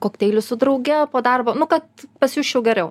kokteilių su drauge po darbo nu kad pasijusčiau geriau